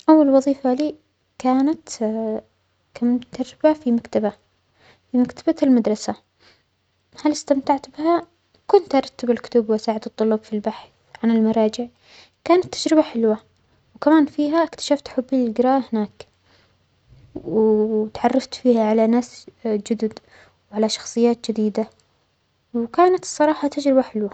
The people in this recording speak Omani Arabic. أول وظيفة لى كانت كانت تجربة في مكتبة، في مكتبة المدرسة، هل إستمتعت بها؟ كنت أرتب الكتب وأساعد الطلاب في البحث عن المراجع، كانت تجربة حلوة، وكمان فيها أكتشفت حبى للجرايه هناك، وواتعرفت فيها على ناس جدد وعلى شخصيات جديدة، وكانت الصراحة تجربة حلوة.